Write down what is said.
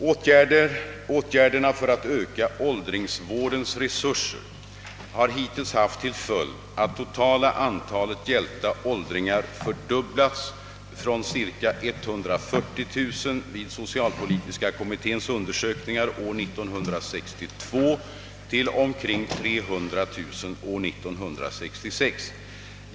Åtgärderna för att öka åldringsvårdens resurser har hittills haft till följd, att totala antalet hjälpta åldringar fördubblats från ca 140 000 vid socialpolitiska kommitténs undersökningar år 1962 till omkring 300 000 år 1966.